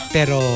Pero